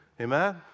Amen